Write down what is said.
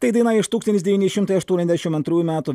tai daina iš tūkstantis devyni šimtai aštuoniasdešimt antrųjų metų